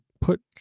put